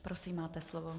Prosím, máte slovo.